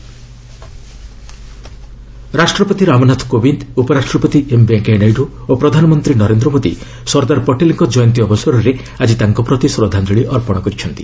ପ୍ରେକ୍ VP PM Patel ରାଷ୍ଟ୍ରପତି ରାମନାଥ କୋବିନ୍ଦ୍ ଉପରାଷ୍ଟ୍ରପତି ଏମ୍ ଭେଙ୍କିୟା ନାଇଡ଼ୁ ଓ ପ୍ରଧାନମନ୍ତ୍ରୀ ନରେନ୍ଦ୍ର ମୋଦି ସର୍ଦ୍ଦାର ପଟେଲ୍ଙ୍କ ଜୟନ୍ତୀ ଅବସରରେ ଆକି ତାଙ୍କ ପ୍ରତି ଶ୍ରଦ୍ଧାଞ୍ଚଳି ଅର୍ପଣ କରିଛନ୍ତି